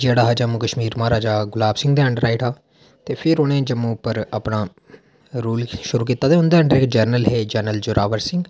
ते जेह्ड़ा हा जम्मू कशमीर महाराजा गुलाब सिंह दे अंडर आई जंदा ते फिर उ'नें जम्मू पर अपना रूल शुरू कीता ते प्ही उं'दे अंडर हे जनरल जोरावर सिंह